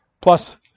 plus